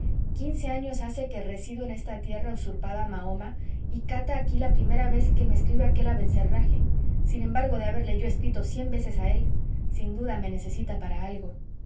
quince años hace que resido en esta tierra usurpada a mahoma y cata aquí la primera vez que me escribe aquel abencerraje sin embargo de haberle yo escrito cien veces a él sin duda me necesita para algo